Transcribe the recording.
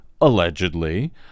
allegedly